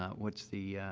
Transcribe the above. ah what's the,